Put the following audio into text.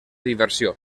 diversió